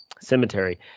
cemetery